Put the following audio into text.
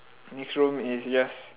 next room is just